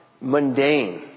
mundane